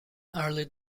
early